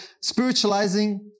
Spiritualizing